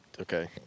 okay